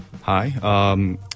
Hi